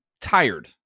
tired